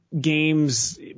games